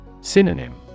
Synonym